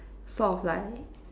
sort of like